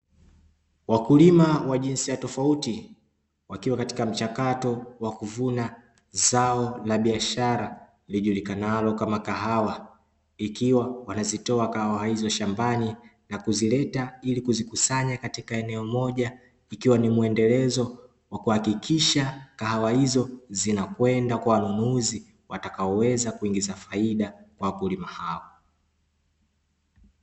Wakulima wa jinsia tofauti wakiwa katika mchakato wa kuvuna zao la biashara lijulikanalo kama kahawa, ikiwa wanazitoa kahawa hizo shambani na kuzileta ili kuzikusanya katika eneo moja, ikiwa ni mwendelezo wa kuhakikisha kahawa hizo zinakwenda kwa wanunuzi watakaoweza kuingiza faida kwa wakulima hao.